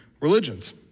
religions